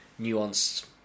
nuanced